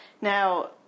Now